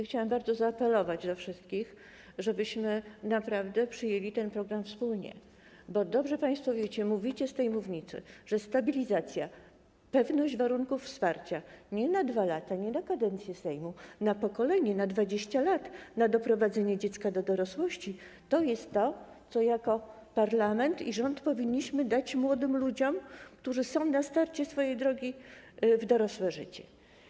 Chciałam bardzo zaapelować do wszystkich, żebyśmy naprawdę przyjęli ten program wspólnie, bo dobrze państwo o tym wiecie i mówicie o tym z tej mównicy, że stabilizacja, pewność warunków wsparcia nie na 2 lata, nie na kadencję Sejmu, ale na pokolenie, na 20 lat, na doprowadzenie dziecka do dorosłości to jest to, co jako parlament i rząd powinniśmy dać młodym ludziom, którzy są na starcie swojej drogi w dorosłe życie.